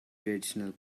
traditional